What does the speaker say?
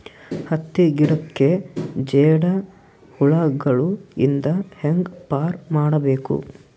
ಹತ್ತಿ ಗಿಡಕ್ಕೆ ಜೇಡ ಹುಳಗಳು ಇಂದ ಹ್ಯಾಂಗ್ ಪಾರ್ ಮಾಡಬೇಕು?